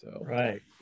Right